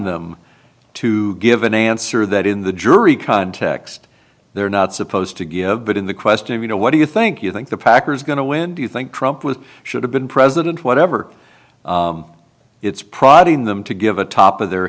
them to give an answer that in the jury context they're not supposed to give but in the question of you know what do you think you think the packers going to win do you think trump with should have been president whatever it's prodding them to give a top of their